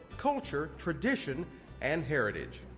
culture, tradition and heritage.